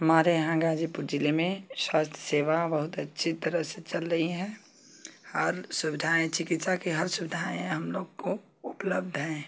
हमारे यहाँ गाजीपुर जिले में स्वास्थ्य सेवा बहुत अच्छी तरह से चल रही है और सुविधाएँ चिकित्सा की हर सुविधाएँ हम लोग को उपलब्ध हैं